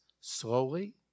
slowly